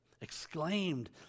exclaimed